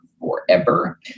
forever